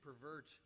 pervert